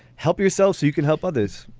help yourself so you can help others.